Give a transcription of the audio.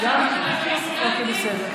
הכול בסדר.